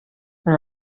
اون